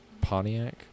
Pontiac